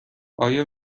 آیا